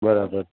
બરાબર